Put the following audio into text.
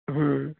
ਹਮ